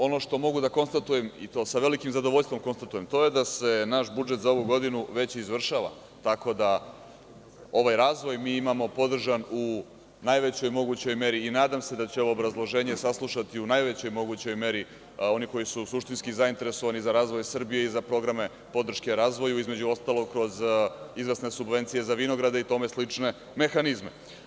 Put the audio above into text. Ono što mogu da konstatujem i to sa velikim zadovoljstvom konstatujem, to je da se naš budžet za ovu godinu već izvršava, tako da ovaj razvoj mi imamo podržan u najvećoj mogućoj meri i nadam se da će obrazloženje saslušati u najvećoj mogućoj meri oni koji su suštinski zainteresovani za razvoj Srbije i za programe podrške razvoju, između ostalog, kroz izvesne subvencije za vinograde i tome slične mehanizme.